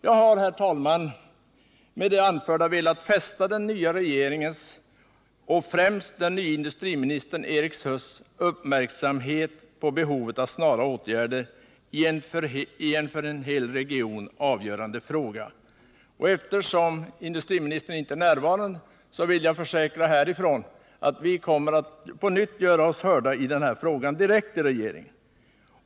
Jag har, herr talman, med det anförda velat fästa den nya regeringens och främst den nye industriministerns, Erik Huss, uppmärksamhet på behovet av snara åtgärder i en för en hel region avgörande fråga. Industriministern är visserligen inte närvarande i kammaren, men jag vill trots det försäkra honom om att vi på nytt kommer att göra oss hörda i den här frågan direkt till regeringen.